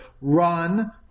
run